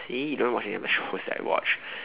see you don't watch any of the shows that I watch